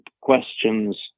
questions